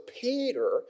Peter